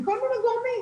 מכל מיני גורמים,